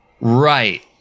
Right